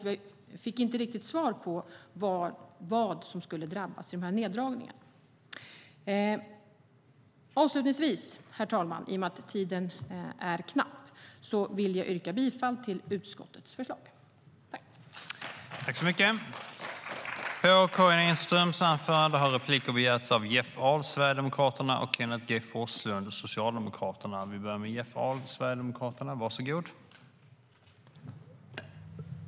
Vi fick inte riktigt svar på vad som skulle drabbas av neddragningarna.